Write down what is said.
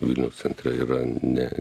vilniaus centre yra ne